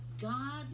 god